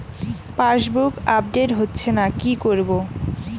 Passbook update হচ্ছেনা কি করবো?